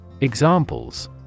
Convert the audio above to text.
Examples